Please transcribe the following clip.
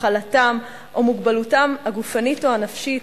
מחלתם או מוגבלותם הגופנית או הנפשית,